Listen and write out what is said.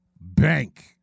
bank